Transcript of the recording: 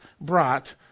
brought